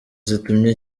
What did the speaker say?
zitumye